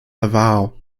davao